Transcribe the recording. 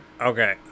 Okay